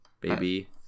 baby